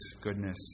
goodness